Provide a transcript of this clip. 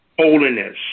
holiness